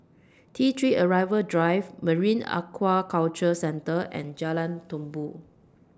T three Arrival Drive Marine Aquaculture Centre and Jalan Tumpu